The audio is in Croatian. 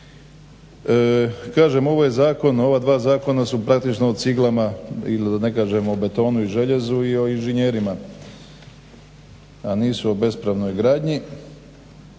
Kažem ovo je zakon, ova dva zakona su praktično o ciglama ili da ne kažem o betonu i željezu i o inženjerima, a nisu o bespravnoj gradnji.